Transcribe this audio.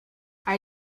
are